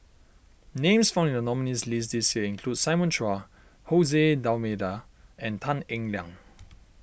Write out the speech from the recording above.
names found in the nominees' list this year include Simon Chua Jose D'Almeida and Tan Eng Liang